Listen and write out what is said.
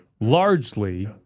largely